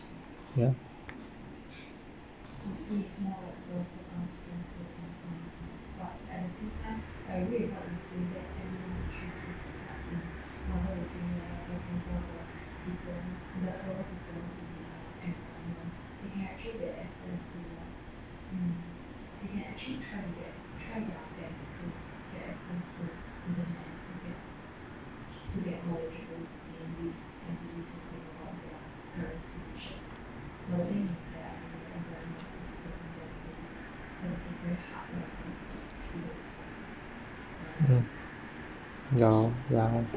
ya mm ya ya